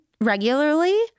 regularly